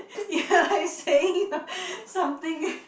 you're like saying ah something eh